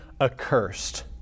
accursed